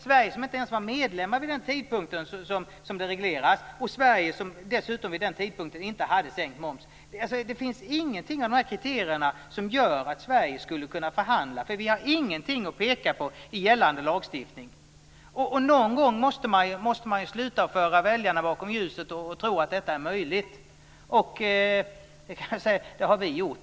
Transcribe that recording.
Sverige var inte ens medlem vid den tidpunkten som regleras. Sverige hade vid den tidpunkten dessutom inte sänkt moms. Det finns inga kriterier som gör att Sverige skulle kunna förhandla. Vi har ingenting att peka på i gällande lagstiftning. Någon gång måste man sluta att föra väljarna bakom ljuset och att tro att detta är möjligt, och det har vi gjort.